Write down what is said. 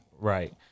Right